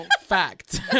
Fact